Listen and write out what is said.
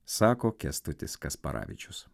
sako kęstutis kasparavičius